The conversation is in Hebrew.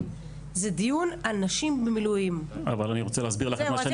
מה שאני רוצה לשמוע.